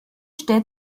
stellt